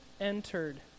entered